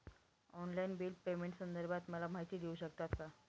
Online bill पेमेंटसंदर्भात मला माहिती देऊ शकतात का?